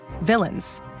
villains